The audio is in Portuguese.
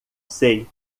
sei